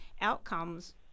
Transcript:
outcomes